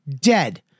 dead